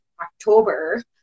October